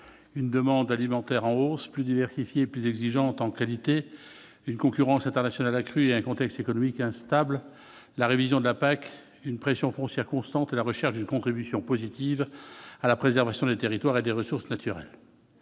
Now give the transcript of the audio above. une demande alimentaire en hausse, plus diversifié et plus exigeante en qualité : une concurrence internationale accrue et un contexte économique instable, la révision de la PAC, une pression foncière constante, la recherche d'une contribution positive à la préservation des territoires et des ressources naturelles